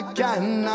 Again